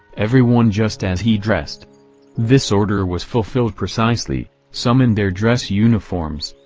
everyone just as he dressed this order was fulfilled precisely some in their dress uniforms,